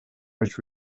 which